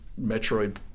Metroid